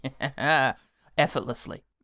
effortlessly